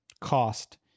cost